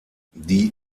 die